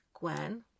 Gwen